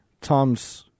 Tom's